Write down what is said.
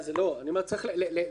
הוועדה עוד לא הביעה את דעתה.